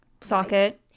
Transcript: Socket